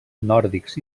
nòrdics